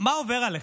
מה עובר עליכם?